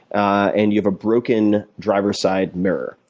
and you have a broken driver-side mirror.